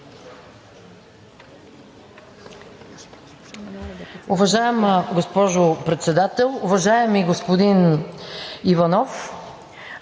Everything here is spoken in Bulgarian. Уважаема госпожо Председател! Уважаеми господин Иванов,